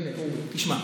הינה, אורי, תשמע,